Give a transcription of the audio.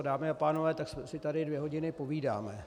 Dámy a pánové, tak si tady dvě hodiny povídáme.